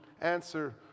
answer